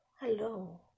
hello